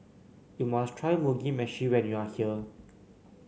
you must try Mugi Meshi when you are here